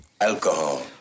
Alcohol